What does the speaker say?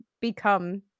become